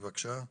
בבקשה,